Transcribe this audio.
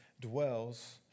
dwells